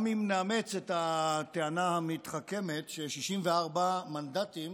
גם אם נאמץ את הטענה המתחכמת ש-64 מנדטים